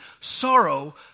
Sorrow